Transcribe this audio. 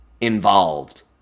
involved